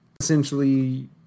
essentially